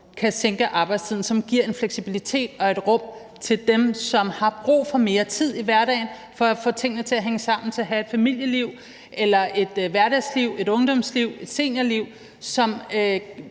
kan sænke arbejdstiden, hvilket giver en fleksibilitet og et rum til dem, som har brug for mere tid i hverdagen for at få tingene til at hænge sammen i forhold til at have et familieliv eller et hverdagsliv, et ungdomsliv eller et seniorliv, som